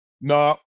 No